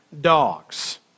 dogs